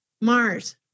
Mars